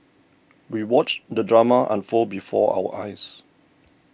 we watched the drama unfold before our eyes